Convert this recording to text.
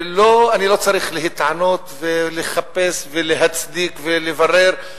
ואני לא צריך להתענות ולחפש ולהצדיק ולברר,